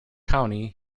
county